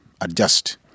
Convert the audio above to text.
adjust